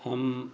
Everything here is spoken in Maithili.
हम